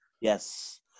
yes